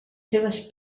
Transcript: seves